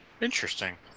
interesting